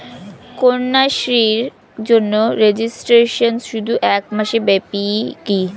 কন্যাশ্রীর জন্য রেজিস্ট্রেশন শুধু এক মাস ব্যাপীই কি?